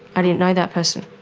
i didn't know that person.